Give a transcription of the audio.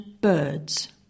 birds